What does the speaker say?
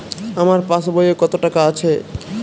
আমার পাসবই এ কত টাকা আছে?